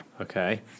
Okay